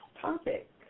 topic